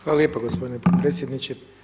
Hvala lijepo gospodine potpredsjedniče.